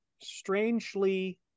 strangely